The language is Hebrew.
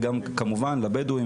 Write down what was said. וגם כמובן לבדואים,